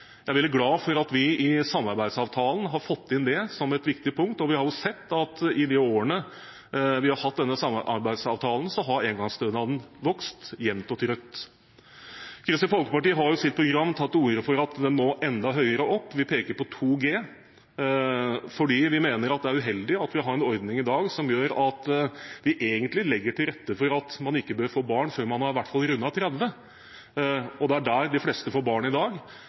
Jeg er veldig glad for at vi i samarbeidsavtalen har fått inn det som et viktig punkt, og vi har jo sett at i de årene vi har hatt denne samarbeidsavtalen, har engangsstønaden vokst jevnt og trutt. Kristelig Folkeparti har i sitt program tatt til orde for at den må enda høyere opp – vi peker på 2 G – fordi vi mener det er uheldig at vi har en ordning i dag som gjør at vi egentlig legger til rette for at man ikke bør få barn før man i hvert fall har rundet 30. Det er i den alderen de fleste får barn i dag,